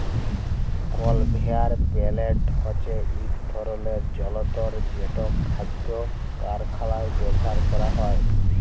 conveyor belt হছে ইক ধরলের জলতর যেট খাদ্য কারখালায় ব্যাভার ক্যরা হয়